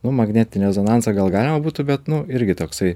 nu magnetinį rezonansą gal galima būtų bet nu irgi toksai